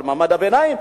על מעמד הביניים.